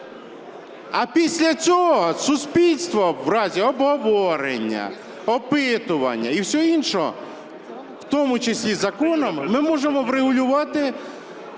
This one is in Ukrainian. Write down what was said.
а після цього суспільство в разі обговорення, опитування і всього іншого, в тому числі законом, ми можемо врегулювати